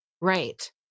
Right